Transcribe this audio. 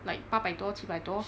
like 八百多七百多